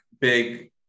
big